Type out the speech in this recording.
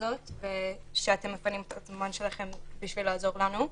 הזאת ושאתם מפנים את הזמן שלכם בשביל לעזור לנו.